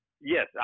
Yes